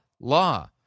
law